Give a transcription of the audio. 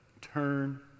turn